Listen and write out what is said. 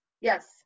Yes